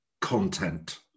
content